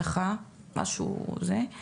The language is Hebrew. משהו זה,